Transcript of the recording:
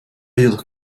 jedoch